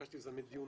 ביקשתי לזמן דיון,